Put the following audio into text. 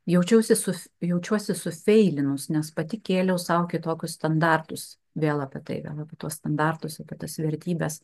jaučiausi susi jaučiuosi suseilinus nes pati kėliau sau kitokius standartus vėl apie tai apie tuos standartus apie tas vertybes